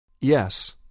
Yes